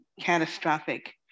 catastrophic